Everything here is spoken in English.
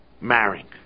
marrying